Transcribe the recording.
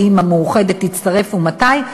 האם מאוחדת תצטרף ומתי,